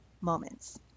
moments